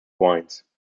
vines